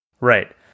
right